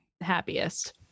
happiest